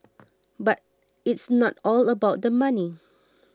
but it's not all about the money